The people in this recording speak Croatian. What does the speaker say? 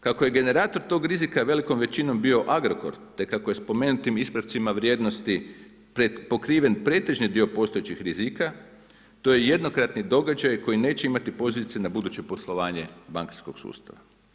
Kako je generator tog rizika velikom većinom bio Agrokor, te kako je spomenutim ispravcima vrijednosti pokriven pretežni dio postojećih rizika, to je jednokratni događaj koji neće imati posljedice na buduće poslovanje bankarskog sustava.